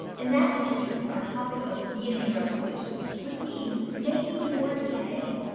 and that introduces our topic of dna replication, which means, making more dna.